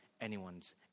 anyone's